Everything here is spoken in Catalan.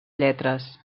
lletres